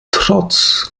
trotz